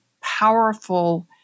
powerful